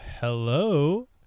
Hello